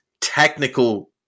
technical